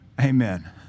Amen